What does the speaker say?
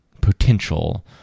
potential